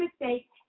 mistake